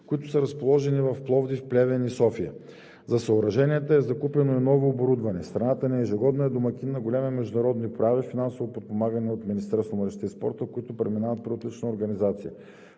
които са разположени в Пловдив, Плевен и София. За съоръженията е закупено и ново оборудване. Страната ни ежегодно е домакин на големи международни прояви, финансово подпомагани от Министерството на младежта и спорта, които преминават при отлична организация.